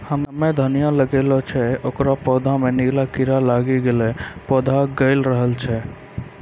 हम्मे धनिया लगैलो छियै ओकर पौधा मे नीला कीड़ा लागी गैलै पौधा गैलरहल छै?